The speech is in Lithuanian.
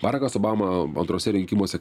barakas obama antruose rinkimuose